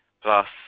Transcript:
plus